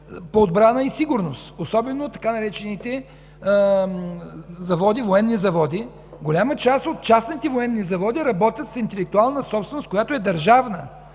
по отбрана и сигурност, особено при така наречените „военни заводи”. Голяма част от частните военни заводи работят с интелектуална собственост, която е държавна,